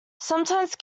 sometimes